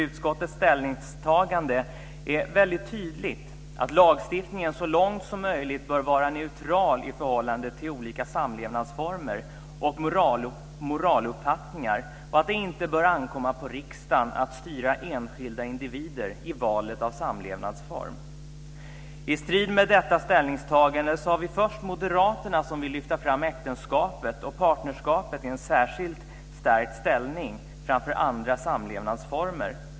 Utskottets ställningstagande är väldigt tydligt: lagstiftningen bör så långt som möjligt vara neutral i förhållande till olika samlevnadsformer och moraluppfattningar, och det bör inte ankomma på riksdagen att styra enskilda individer i valet av samlevnadsform. I strid med detta ställningstagande står först moderaterna, som vill lyfta fram äktenskapet och partnerskapet och ge dem en särskilt stärkt ställning framför andra samlevnadsformer.